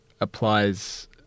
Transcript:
applies